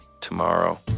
tomorrow